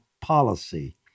policy